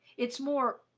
it's more,